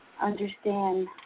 understand